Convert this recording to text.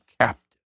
captive